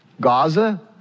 Gaza